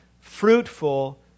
fruitful